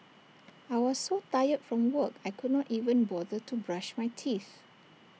I was so tired from work I could not even bother to brush my teeth